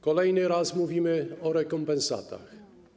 Kolejny raz mówimy o rekompensatach.